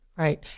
Right